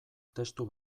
testu